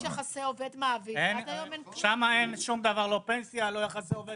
שם אין שום דבר, לא פנסיה, לא יחסי עובד ומעביד.